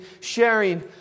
sharing